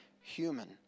human